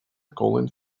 calling